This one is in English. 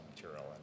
material